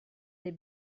des